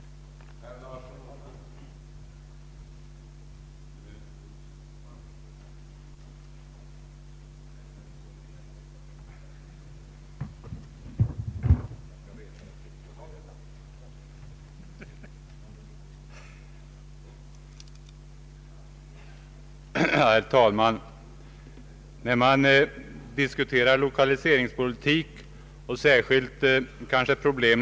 Det är ju val i år!